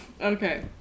Okay